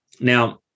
Now